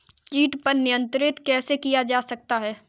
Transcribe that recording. कीट पर नियंत्रण कैसे किया जा सकता है?